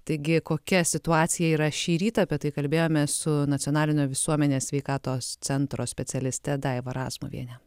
taigi kokia situacija yra šį rytą apie tai kalbėjomės su nacionalinio visuomenės sveikatos centro specialiste daiva razmuviene